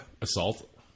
Assault